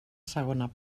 segona